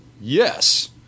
Yes